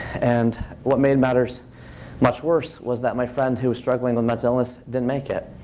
and what made matters much worse was that my friend who was struggling with mental illness didn't make it.